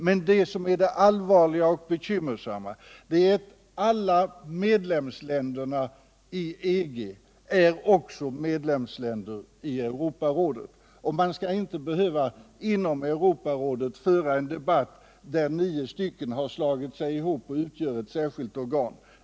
Men det allvarliga och bekymmersamma är att alla medlemsländer i EG också är medlemmar i Europarådet, och man skall inte inom Europarådet behöva föra en debatt mellan å ena sidan Europarådets 20 medlemsstater och å andra sidan nio av dessa som har slagit sig ihop och bildat ett särskilt organ.